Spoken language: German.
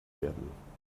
werden